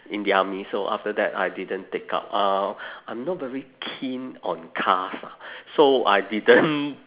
in the army so after that I didn't take up uh I'm not very keen on cars ah so I didn't